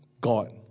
God